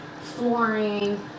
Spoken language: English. flooring